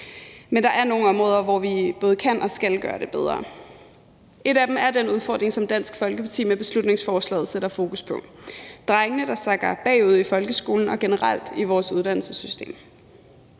Men der er nogle områder, hvor vi både kan og skal gøre det bedre. Et af dem er handler om den udfordring, som Dansk Folkeparti med beslutningsforslaget sætter fokus på: drengene, der sakker bagud i folkeskolen og generelt i vores uddannelsessystem.